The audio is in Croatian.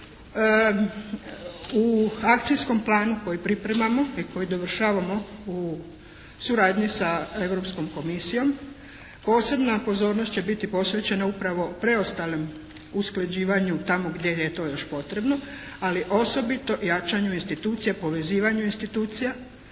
u akcijskom planu koji pripremamo i koji dovršavamo u suradnji sa Europskom Komisijom. Posebna pozornost će biti posvećena upravo preostalim usklađivanju tamo gdje je eto još potrebno, ali osobito jačanju institucija, povezivanju institucija,